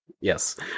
Yes